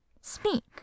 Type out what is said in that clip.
Speak